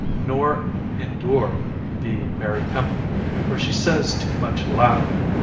nor endure to be in merry company for she says too much laughing,